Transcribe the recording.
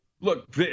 Look